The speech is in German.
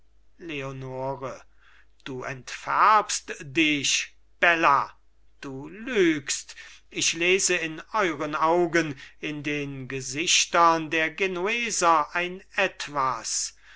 leonore du entfärbst dich bella du lügst ich lese in euren augen in den gesichtern der genueser ein etwas